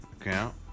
account